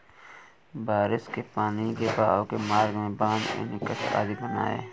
बारिश के पानी के बहाव के मार्ग में बाँध, एनीकट आदि बनाए